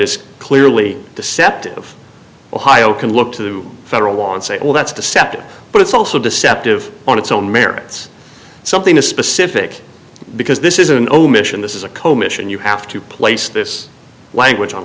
is clearly deceptive ohio can look to the federal law and say well that's deceptive but it's also deceptive on its own merits something a specific because this is an omission this is a comb issue and you have to place this language